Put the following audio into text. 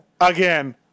Again